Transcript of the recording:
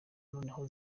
noneho